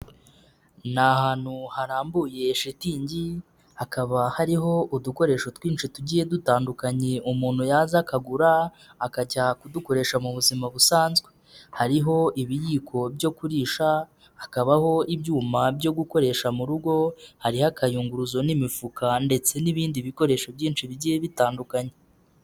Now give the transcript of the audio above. Ni ahantu harambuye shitingi hakaba hariho udukoresho twinshi tugiye dutandukanye umuntu yaza akagura akajya kudukoresha mu buzima busanzwe, hariho ibiyiko byo kurisha, hakabaho ibyuma byo gukoresha mu rugo, hariho akayunguruzo n'imifuka ndetse n'ibindi bikoresho byinshi bigiye bitandukanye.